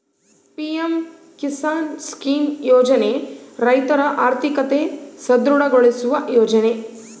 PM Kisan scheme ಯೋಜನೆ ರೈತರ ಆರ್ಥಿಕತೆ ಸದೃಢ ಗೊಳಿಸುವ ಯೋಜನೆ